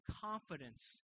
confidence